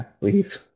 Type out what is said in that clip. leave